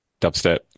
dubstep